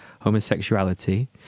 homosexuality